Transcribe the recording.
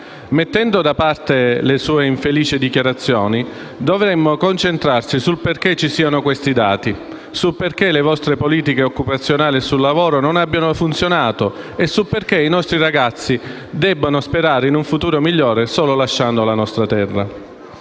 Mettendo da parte le sue infelici dichiarazioni, dovremmo concentrarci sul perché ci siano questi dati, sul perché le vostre politiche occupazionali e sul lavoro non abbiano funzionato e sul perché i nostri ragazzi debbano sperare in un futuro migliore solo lasciando la nostra terra.